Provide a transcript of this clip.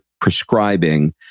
prescribing